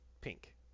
pink